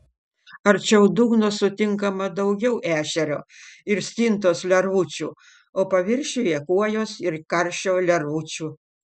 arčiau dugno sutinkama daugiau ešerio ir stintos lervučių o paviršiuje kuojos ir karšio lervučių